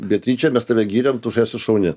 beatriče mes tave giriam tu esi šauni